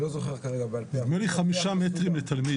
נדמה לי חמישה מטרים לתלמיד.